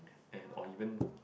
and or even